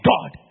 God